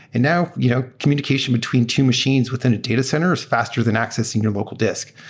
and now, you know communication between two machines within a data center is faster than accessing your local disk.